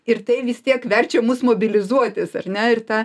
ir tai vis tiek verčia mus mobilizuotis ar ne ir tą